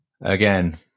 again